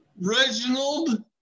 Reginald